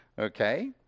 Okay